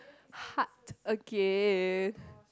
heart again